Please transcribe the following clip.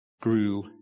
grew